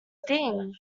thing